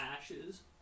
ashes